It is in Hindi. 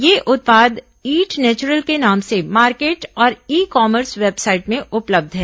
ये उत्पाद ईट नेचुरल के नाम से मार्केट और ई कॉमर्स वेबसाइट में उपलब्ध है